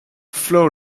flow